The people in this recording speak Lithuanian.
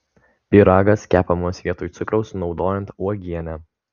pyragas kepamas vietoj cukraus naudojant uogienę